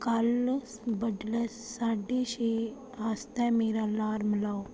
कल्ल बडै'लै साड्ढे छे आस्तै मेरा अलार्म लाओ